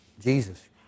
Jesus